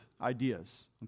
ideas